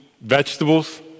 vegetables